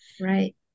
Right